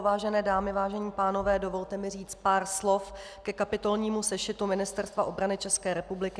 Vážené dámy, vážení pánové, dovolte mi říct pár slov ke kapitolnímu sešitu Ministerstva obrany České republiky na rok 2015.